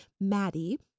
Maddie